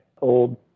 old